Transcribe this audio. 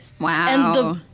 Wow